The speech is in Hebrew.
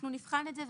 אנחנו נבחן את זה.